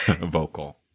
vocal